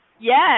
Yes